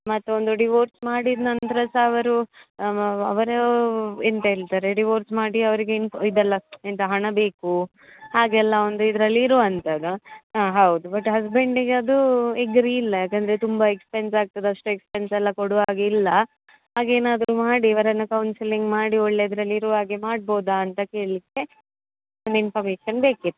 ಮತ್ತು ಒಂದು ಡಿವೋರ್ಸ್ ಮಾಡಿದ ನಂತರ ಸಹ ಅವರು ಅವರೂ ಎಂತ ಹೇಳ್ತಾರೆ ಡಿವೋರ್ಸ್ ಮಾಡಿ ಅವರಿಗೆ ಇದೆಲ್ಲ ಎಂಥ ಹಣ ಬೇಕು ಹಾಗೆಲ್ಲ ಒಂದು ಇದರಲ್ಲಿ ಇರುವಂಥದ್ದು ಹ್ಞೂ ಹೌದು ಬಟ್ ಹಸ್ಬೆಂಡಿಗೆ ಅದೂ ಎಗ್ರೀ ಇಲ್ಲ ಯಾಕೆಂದ್ರೆ ತುಂಬ ಎಕ್ಸ್ಪೆನ್ಸ್ ಆಗ್ತದೆ ಅಷ್ಟು ಎಕ್ಸ್ಪೆನ್ಸ್ ಎಲ್ಲ ಕೊಡುವಾಗೆ ಇಲ್ಲ ಹಾಗೇನಾದರೂ ಮಾಡಿ ಇವರನ್ನು ಕೌನ್ಸಿಲಿಂಗ್ ಮಾಡಿ ಒಳ್ಳೆಯದ್ರಲ್ಲಿ ಇರುವ ಹಾಗೆ ಮಾಡ್ಬಹುದಾ ಅಂತ ಕೇಳಲಿಕ್ಕೆ ಒಂದು ಇನ್ಫರ್ಮೇಷನ್ ಬೇಕಿತ್ತು